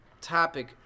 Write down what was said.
topic